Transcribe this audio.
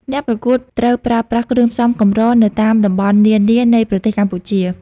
អ្នកប្រកួតត្រូវប្រើប្រាស់ គ្រឿងផ្សំ កម្រនៅតាមតំបន់នានានៃប្រទេសកម្ពុជា។